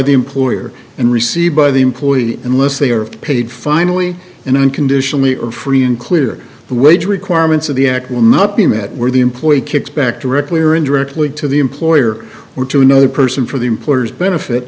the employer and received by the employee unless they are paid finally in an conditionally or free and clear the wage requirements of the act will not be met where the employee kicks back directly or indirectly to the employer were to another person for the employer's benefit